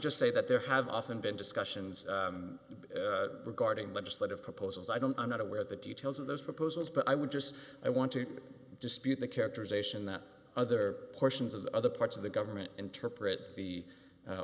just say that there have often been discussions regarding legislative proposals i don't i'm not aware of the details of those proposals but i would just i want to dispute the characterization that other portions of the other parts of the government interpret the